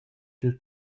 dil